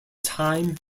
time